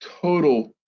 total